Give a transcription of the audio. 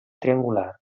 triangular